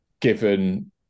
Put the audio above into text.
given